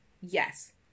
yes